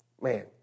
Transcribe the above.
Man